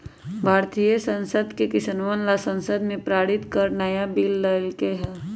भारतीय संसद ने किसनवन ला संसद में पारित कर नया बिल लय के है